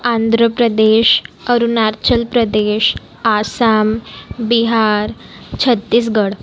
Andhra Pradesh Arunachal Pradesh Assam Bihar Chhattisgarh